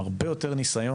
זה פשוט לא סביר בעיניי.